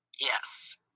Yes